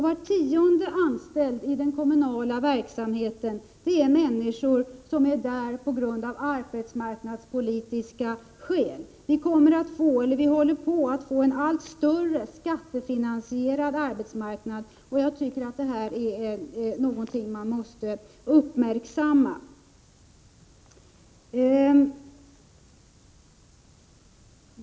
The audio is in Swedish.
Var tionde anställd i den kommunala verksamheten är en människa som är där av arbetsmarknadspolitiska skäl. Vi håller på att få en allt större skattefinan sierad arbetsmarknad, och jag tycker att det är någonting man måste uppmärksamma.